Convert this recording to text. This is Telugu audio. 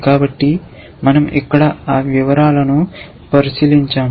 కాబట్టి మనం ఇక్కడ ఆ వివరాలను పరిశీలించము